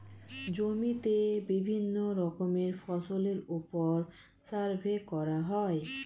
জমিতে বিভিন্ন রকমের ফসলের উপর সার্ভে করা হয়